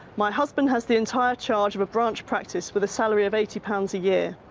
my husband has the entire charge of a branch practice with a salary of eighty pounds a year.